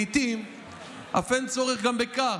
לעיתים אף אין צורך גם בכך,